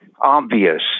obvious